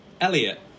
Elliot